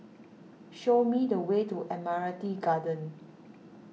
show me the way to Admiralty Garden